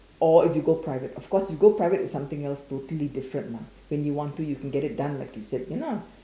or if you go private of course if you go private is something else totally different lah when you want to you get it done lah like you said you know